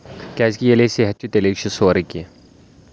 کیازکہِ ییٚلے صحت چھُ تیٚلے چھُ سورُے کینٛہہ